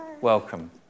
Welcome